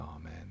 Amen